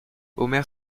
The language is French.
omer